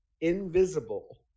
invisible